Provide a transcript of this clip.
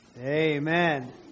Amen